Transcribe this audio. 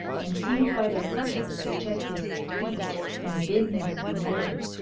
and seemed by their pressure to check his speech and bid him be wary.